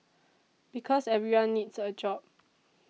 because everyone needs a job